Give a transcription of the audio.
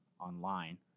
online